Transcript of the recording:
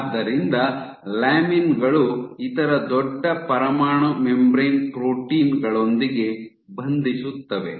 ಆದ್ದರಿಂದ ಲ್ಯಾಮಿನ್ ಗಳು ಇತರ ದೊಡ್ಡ ಪರಮಾಣು ಮೆಂಬರೇನ್ ಪ್ರೋಟೀನ್ ಗಳೊಂದಿಗೆ ಬಂಧಿಸುತ್ತವೆ